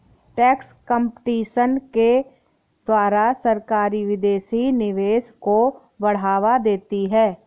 tax competition के द्वारा सरकारी विदेशी निवेश को बढ़ावा देती है